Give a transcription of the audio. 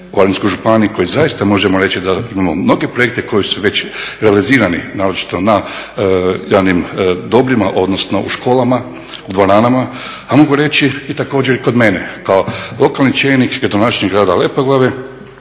u … županiji za koju zaista možemo reći da imamo mnoge projekte koji su već realizirani naročito na javnim dobrima, odnosno u školama, u dvoranama, a mogu reći također i kod mene, kao lokalni čelnik i gradonačelnik grada Lepoglave,